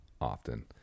often